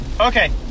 okay